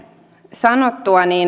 sanottua